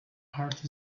heart